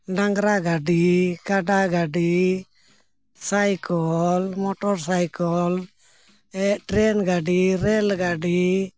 ᱰᱟᱝᱨᱟ ᱜᱟᱹᱰᱤ ᱠᱟᱰᱟ ᱜᱟᱹᱰᱤ ᱥᱟᱭᱠᱮᱹᱞ ᱢᱚᱴᱚᱨᱥᱟᱭᱠᱮᱹᱞ ᱮᱫ ᱴᱨᱮᱱ ᱜᱟᱹᱰᱤ ᱨᱮᱹᱞ ᱜᱟᱹᱰᱤ